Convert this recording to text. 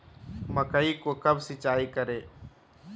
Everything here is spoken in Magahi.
मकई को कब सिंचाई करे?